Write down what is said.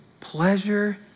Pleasure